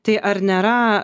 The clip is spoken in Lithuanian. tai ar nėra